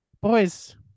Boys